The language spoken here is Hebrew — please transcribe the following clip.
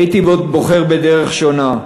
הייתי בוחר בדרך שונה,